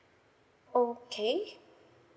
okay